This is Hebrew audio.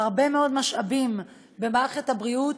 הרבה מאוד משאבים במערכת הבריאות,